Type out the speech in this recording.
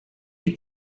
que